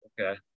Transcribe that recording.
Okay